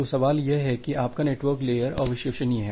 तो सवाल यह है कि आपका नेटवर्क लेयर अविश्वसनीय है